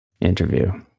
interview